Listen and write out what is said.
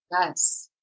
Yes